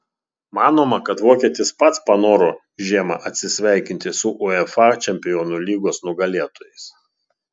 manoma kad vokietis pats panoro žiemą atsisveikinti su uefa čempionų lygos nugalėtojais